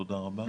תודה רבה.